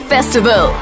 Festival